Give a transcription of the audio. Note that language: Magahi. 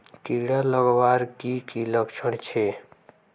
कीड़ा लगवार की की लक्षण छे?